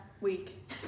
week